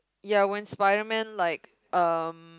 ya when Spiderman like um